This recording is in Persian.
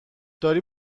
داری